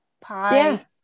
pie